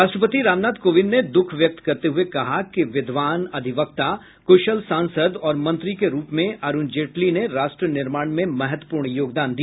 राष्ट्रपति रामनाथ कोविंद ने दुख व्यक्त करते हुये कहा कि विद्वान अधिवक्ता कुशल सांसद और मंत्री के रूप में अरुण जेटली ने राष्ट्र निर्माण में महत्वपूर्ण योगदान दिया